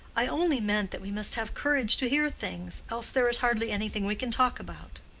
i only meant that we must have courage to hear things, else there is hardly anything we can talk about.